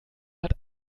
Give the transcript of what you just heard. hat